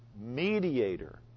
mediator